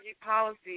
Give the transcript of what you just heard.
policy